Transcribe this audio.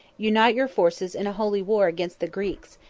unite your forces in a holy war against the greeks,